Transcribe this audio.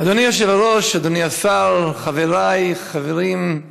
אדוני היושב-ראש, אדוני השר, חבריי, חברים,